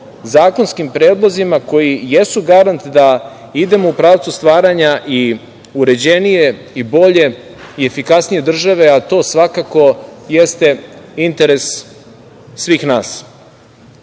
zakonskim predlozima koji jesu garant da idemo u pravcu stvaranja i uređenije, bolje i efikasnije države, a to svakako jeste interes svih